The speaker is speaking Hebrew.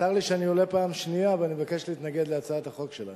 וצר לי שאני עולה פעם שנייה ואני מבקש להתנגד להצעת החוק שלך.